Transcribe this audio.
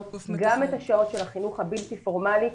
גם את השעות של החינוך הבלתי פורמלי,